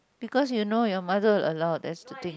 because you know your mother will allow that's the thing